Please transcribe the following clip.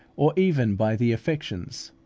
or even by the affections,